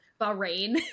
Bahrain